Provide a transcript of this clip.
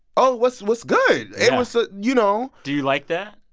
oh, what's what's good? it was a you know do you like that?